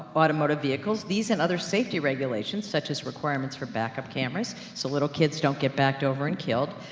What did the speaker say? automotive vehicles these and other safety regulations, such as requirements for backup cameras, so little kids don't get backed over and killed,